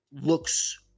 looks